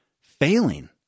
failing